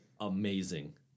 amazing